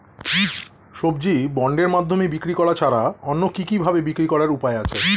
সবজি বন্ডের মাধ্যমে বিক্রি করা ছাড়া অন্য কি কি ভাবে বিক্রি করার উপায় আছে?